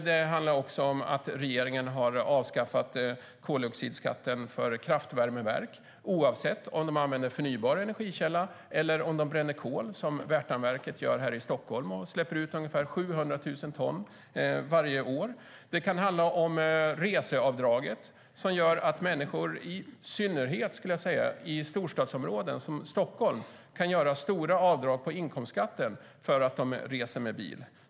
Det handlar också om att regeringen har avskaffat koldioxidskatten för kraftvärmeverk oavsett om de använder förnybar energikälla eller om de bränner kol, som Värtaverket gör här i Stockholm och släpper ut ungefär 700 000 ton varje år. Det kan handla om reseavdrag. Människor i synnerhet i storstadsområden som Stockholm kan göra stora avdrag på inkomstskatten för att de reser med bil.